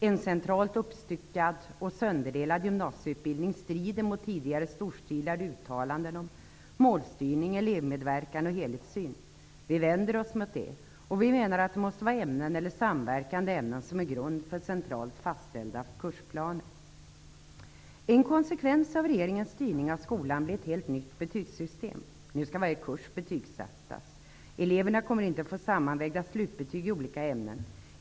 En centralt uppstyckad och sönderdelad gymnasieutbildning strider mot tidigare storstilade uttalanden om målstyrning, elevmedverkan och helhetssyn. Vi vänder oss mot det och menar att det måste vara ämnen eller samverkande ämnen som är grund för centralt fastställda kursplaner. En konsekvens av regeringens styrning av skolan är ett helt nytt betygssystem. Nu ska varje kurs betygsättas. Eleverna kommer inte att få sammanvägda slutbetyg i olika ämnen.